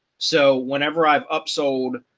so whenever i've up sold